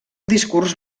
discurs